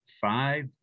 five